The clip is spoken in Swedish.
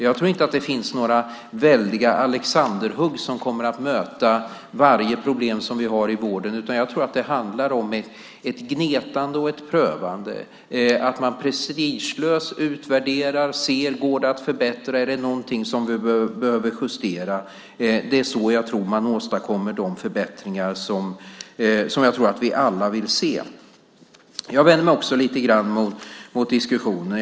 Jag tror inte att det finns några väldiga alexanderhugg som kan möta varje problem vi har i vården, utan det handlar om ett gnetande och ett prövande, att man prestigelöst utvärderar och ser om det går att förbättra eller om något behöver justeras. Det är så jag tror att man åstadkommer de förbättringar vi alla vill se. Jag vänder mig också lite emot diskussionen.